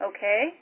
Okay